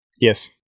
Yes